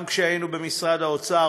גם כשהיינו במשרד האוצר,